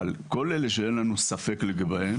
אבל כל אלה שאין לנו ספק לגביהם,